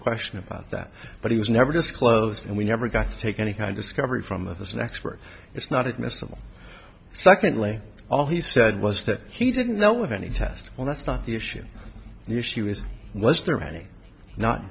question about that but he was never disclosed and we never got to take any kind of discovery from the as an expert it's not admissible secondly all he said was that he didn't know with any test well that's not the issue the issue